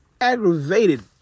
aggravated